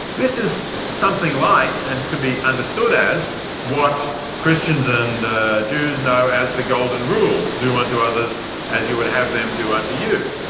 this is something like and could be understood as what christians and jews know as the golden rule do unto others as you would have them do unto you.